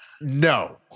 no